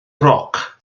roc